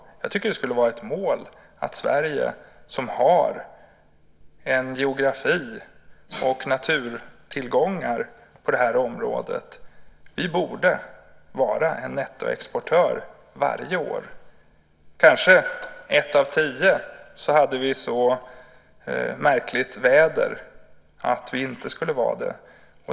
Jag tycker att det skulle vara ett mål att Sverige, som har geografi och naturtillgångar för det här området, borde vara nettoexportör varje år. Kanske har vi ett av tio år så märkligt väder att vi inte skulle vara det.